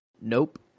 nope